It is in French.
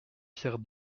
pierre